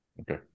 okay